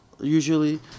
Usually